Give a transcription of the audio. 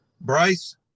Bryce